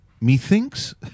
Methinks